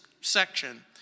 section